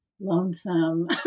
lonesome